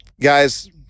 guys